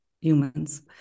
humans